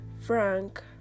frank